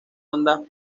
ondas